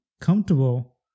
comfortable